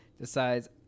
decides